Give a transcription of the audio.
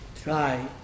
try